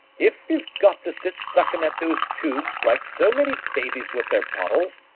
if we've got to sit suckin' at those tubes like so many babies with their bottles,